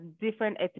different